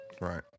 Right